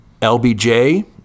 LBJ